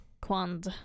Quand